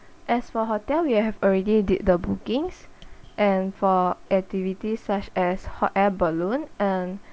as for hotel we have already did the bookings and for activities such as hot air balloon and